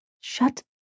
Shut